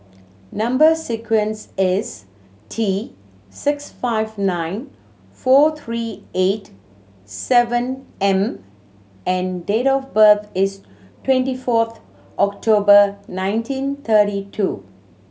number sequence is T six five nine four three eight seven M and date of birth is twenty fourth October nineteen thirty two